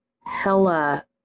hella